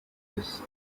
this